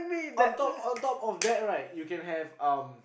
on top on top of that right you can have um